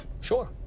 sure